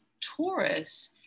Taurus